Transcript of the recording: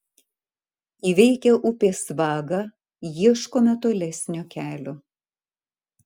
įveikę upės vagą ieškome tolesnio kelio